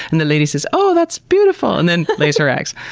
and the lady says, oh! that's beautiful! and then lays her eggs.